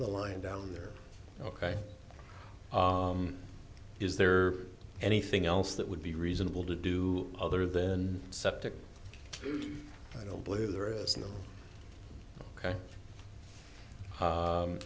the line down there ok is there anything else that would be reasonable to do other than septic i don't believe there is no